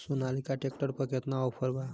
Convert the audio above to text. Sonalika tractor पर केतना offer बा?